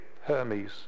Hermes